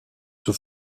sous